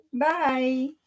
Bye